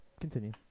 Continue